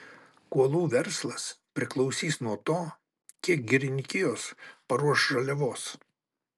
kuolų verslas priklausys nuo to kiek girininkijos paruoš žaliavos